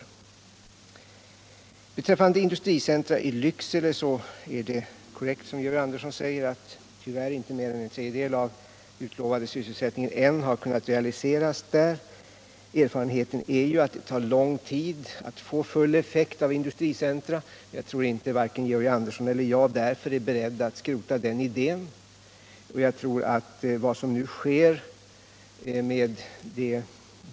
inland Beträffande industricentrum i Lycksele är det korrekt som Georg Andersson säger att tyvärr inte mer än en tredjedel av den utlovade sysselsättningen ännu kunnat realiseras där. Erfarenheten är att det tar lång tid att få full effekt av industricentra. Jag tror inte att vare sig Georg Andersson eller jag är beredd att därför skrota den idén.